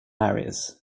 areas